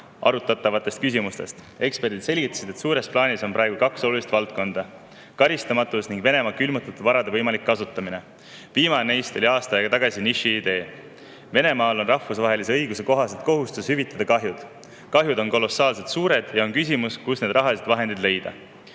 arutatavatest küsimustest. Eksperdid selgitasid, et suures plaanis on praegu kaks olulist valdkonda: karistamatus ning Venemaa külmutatud varade võimalik kasutamine. Viimane neist oli aasta aega tagasi nišiidee. Venemaal on rahvusvahelise õiguse kohaselt kohustus kahjud hüvitada. Kahjud on kolossaalselt suured ja on küsimus, kust need rahalised vahendid leida.